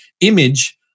image